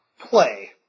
play